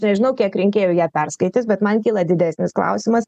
nežinau kiek rinkėjų ją perskaitys bet man kyla didesnis klausimas